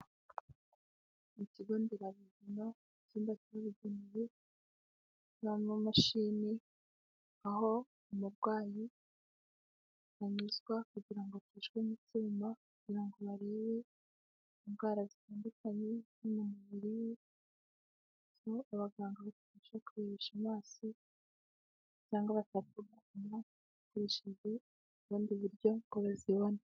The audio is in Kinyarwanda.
Ikigo nderabuzima, icyumba cyabugenewe harimo amamashini, aho umurwayi anyuzwa kugira ngo acishwe mu cyuma kugira ngo barebe indwara zitandukanye zo mu mubiri we. Abaganga bamufashe kurebesha amaso cyangwa bagapima hakoreshejwe ubundi buryo, kugira ngo barebe ko bazibona.